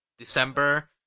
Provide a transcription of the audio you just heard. December